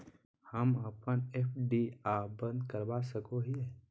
हम अप्पन एफ.डी आ बंद करवा सको हियै